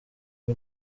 y’u